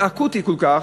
אקוטי כל כך,